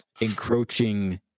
encroaching